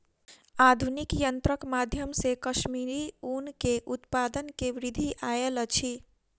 आधुनिक यंत्रक माध्यम से कश्मीरी ऊन के उत्पादन में वृद्धि आयल अछि